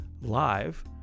live